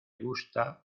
gusta